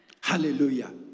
Hallelujah